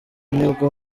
nibwo